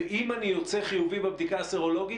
ואם אני יוצא חיובי בבדיקה הסרולוגית,